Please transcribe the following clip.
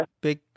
big